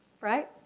Right